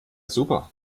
super